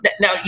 Now